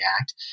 act